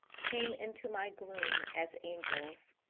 came into my gloom as angels.